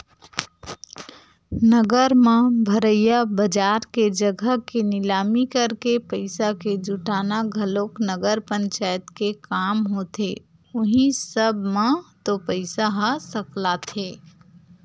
नगर म भरइया बजार के जघा के निलामी करके पइसा के जुटाना घलोक नगर पंचायत के काम होथे उहीं सब म तो पइसा ह सकलाथे